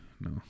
No